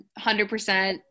100%